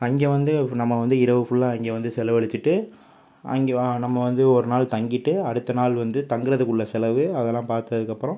அங்கே வந்து நம்ம வந்து இரவு ஃபுல்லா அங்கே வந்து செலவலிச்சிட்டு அங்கே வா நம்ம வந்து ஒரு நாள் தங்கிட்டு அடுத்த நாள் வந்து தங்குகிறதுக்குள்ள செலவு அதெலாம் பார்த்ததுக்கப்பறம்